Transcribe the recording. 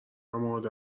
مادر